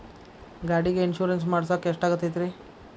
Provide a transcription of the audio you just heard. ಗಾಡಿಗೆ ಇನ್ಶೂರೆನ್ಸ್ ಮಾಡಸಾಕ ಎಷ್ಟಾಗತೈತ್ರಿ?